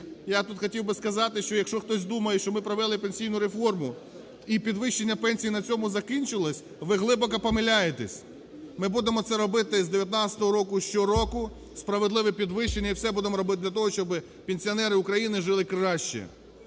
Я тут хотів би сказати, що якщо хтось думає, що ми провели пенсійну реформу і підвищення пенсій на цьому закінчилося, ви глибоко помиляєтесь, ми будемо це робити з 2019 року щороку, справедливе підвищення і все будемо робити для того, щоб пенсіонери України жили краще.